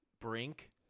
Brink